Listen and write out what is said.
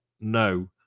no